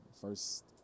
first